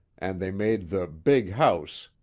and they made the big house,